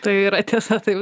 tai yra tiesa tai